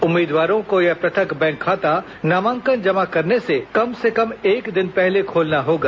उम्मीदवारों को यह पृथक बैंक खाता नामांकन जमा करने से कम से कम एक दिन पहले खोलना होगा